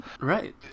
Right